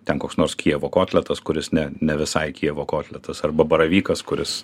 ten koks nors kijevo kotletas kuris ne ne visai kijevo kotletas arba baravykas kuris